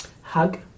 HUG